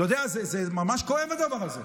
אתה יודע, ממש כואב הדבר הזה.